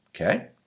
Okay